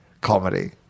Comedy